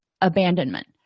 abandonment